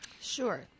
sure